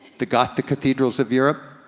the gothic cathedrals of europe.